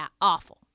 awful